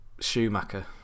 Schumacher